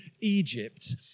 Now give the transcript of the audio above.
Egypt